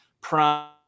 prime